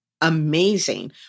amazing